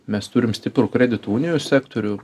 mes turim stiprų kredito unijų sektorių